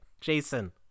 Jason